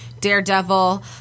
Daredevil